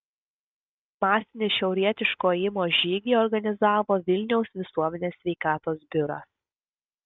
masinį šiaurietiško ėjimo žygį organizavo vilniaus visuomenės sveikatos biuras